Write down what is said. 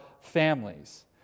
families